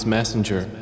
Messenger